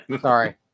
Sorry